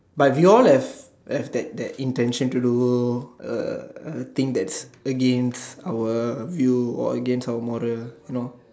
but we all have have that that intention to do uh a thing that's against our view or against our moral you know